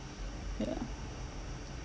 yeah